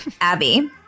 Abby